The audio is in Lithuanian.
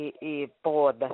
į į po oda